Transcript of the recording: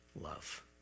love